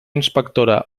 inspectora